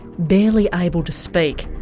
barely able to speak.